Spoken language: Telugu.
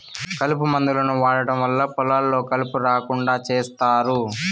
కలుపు మందులను వాడటం వల్ల పొలాల్లో కలుపు రాకుండా చేత్తారు